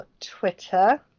twitter